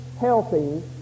healthy